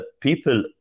people